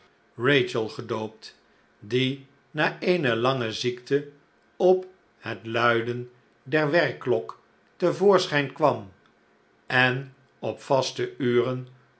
rachel gedoopt die na eene lange ziekte op het linden der werkklok te voorschijn kwam en op vaste uren